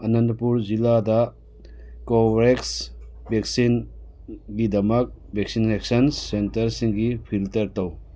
ꯑꯅꯟꯇꯄꯨꯔ ꯖꯤꯂꯥꯗ ꯀꯣꯋꯦꯛꯁ ꯚꯦꯛꯁꯤꯟꯒꯤꯗꯃꯛ ꯚꯦꯛꯁꯤꯅꯦꯁꯟ ꯁꯦꯟꯇꯔꯁꯤꯡꯒꯤ ꯐꯤꯜꯇꯔ ꯇꯧ